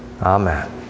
Amen